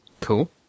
Cool